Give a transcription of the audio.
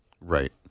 right